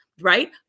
right